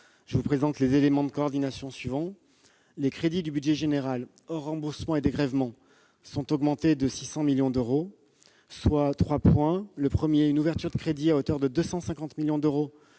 je vous présente les éléments de coordination suivants. Les crédits du budget général, hors remboursements et dégrèvements, sont augmentés de près de 600 millions d'euros, au travers de trois mesures. En premier lieu, une ouverture de crédits, à hauteur de 250 millions d'euros,